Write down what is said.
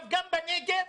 גם בנגב